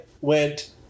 went